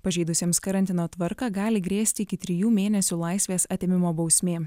pažeidusiems karantino tvarką gali grėsti iki trijų mėnesių laisvės atėmimo bausmė